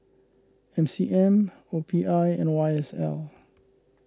M C M O P I and Y S L